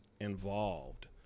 involved